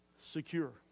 secure